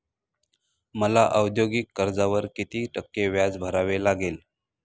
मला औद्योगिक कर्जावर किती टक्के व्याज भरावे लागेल?